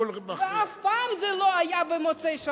אף פעם זה לא היה במוצאי-שבת.